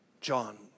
John